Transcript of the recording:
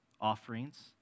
offerings